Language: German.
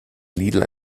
lidl